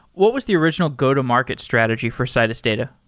what was the original go-to-market strategy for citus data?